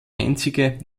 einzige